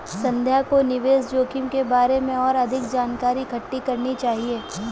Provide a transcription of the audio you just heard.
संध्या को निवेश जोखिम के बारे में और अधिक जानकारी इकट्ठी करनी चाहिए